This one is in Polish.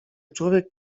człowiek